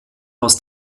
aus